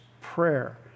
prayer